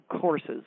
courses